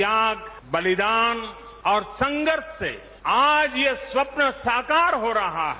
त्याग बलिदान और संघर्ष से आज ये स्वप्न साकार हो रहा है